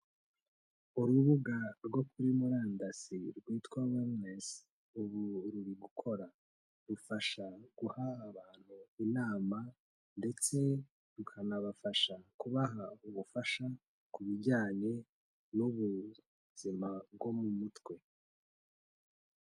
Urubuga rwo kuri murandasi rwitwa Wellness, ubu ruri gukora. Rufasha guha abantu inama ndetse rukanabafasha kubaha ubufasha ku bijyanye n'ubuzima bwo mu mutwe.